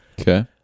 Okay